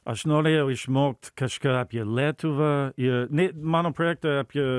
aš norėjau išmokt kažką apie lietuvą i ne mano projekte apie